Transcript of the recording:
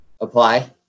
apply